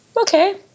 okay